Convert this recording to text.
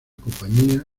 compañía